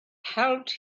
helped